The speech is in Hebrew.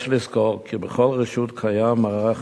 יש לזכור כי בכל רשות קיים מערך